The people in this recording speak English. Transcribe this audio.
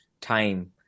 time